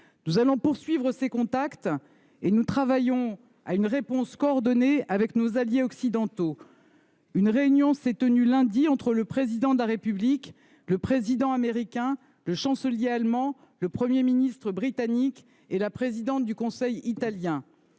Nous allons poursuivre ces différents dialogues et nous travaillons à une réponse coordonnée avec nos alliés occidentaux. Une réunion s’est tenue lundi dernier entre le Président de la République, le président des États-Unis, le Chancelier allemand, le Premier ministre britannique et la présidente du Conseil italien.